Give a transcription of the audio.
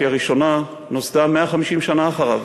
כי הראשונה נוסדה 150 שנה אחריו,